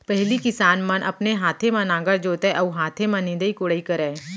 पहिली किसान मन अपने हाथे म नांगर जोतय अउ हाथे म निंदई कोड़ई करय